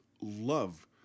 love